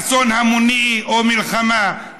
אסון המוני או מלחמה,